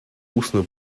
устную